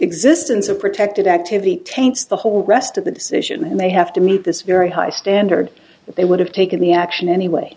existence of protected activity taints the whole rest of the decision and they have to meet this very high standard that they would have taken the action anyway